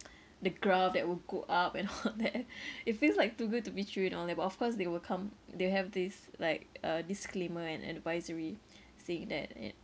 the graph that will go up and all that it feels like too good to be true you know like but of course they will come they'll have this like uh disclaimer an advisory saying that it